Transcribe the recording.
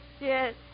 Yes